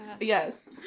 yes